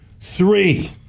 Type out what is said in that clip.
three